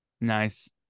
Nice